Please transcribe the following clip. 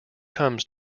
comes